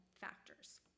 factors